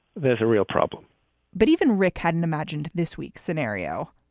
there's a real problem but even rick hadn't imagined this week's scenario.